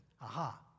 Aha